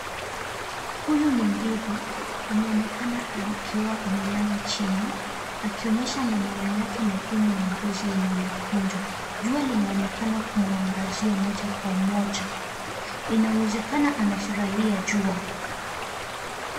Huyu ni ngiri ameonekana akiwa amelala chini akionyesha manyoya yake magumu na ngozi yenye imekunjwa. Jua linaonekana kumangazia moja kwa moja, inawezekana anafurahia jua.